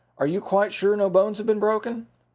are you quite sure no bones have been broken?